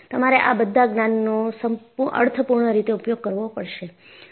તમારે આ બધા જ્ઞાનનો અર્થપૂર્ણ રીતે ઉપયોગ કરવો પડશે